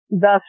thus